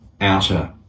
outer